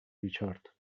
ریچارد